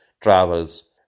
travels